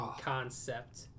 concept